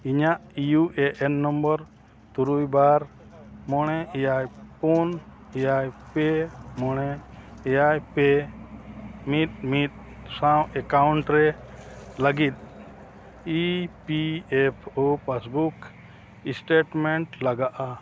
ᱤᱧᱟᱜ ᱛᱩᱨᱩᱭ ᱵᱟᱨ ᱢᱚᱬᱮ ᱮᱭᱟᱭ ᱯᱩᱱ ᱮᱭᱟᱭ ᱯᱮ ᱢᱚᱬᱮ ᱮᱭᱟᱭ ᱯᱮ ᱢᱤᱫ ᱢᱤᱫ ᱥᱟᱶ ᱨᱮ ᱞᱟᱹᱜᱤᱫ ᱞᱟᱜᱟᱜᱼᱟ